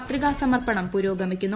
പത്രികാസമർപ്പണം പുരോഗമിക്കുന്നു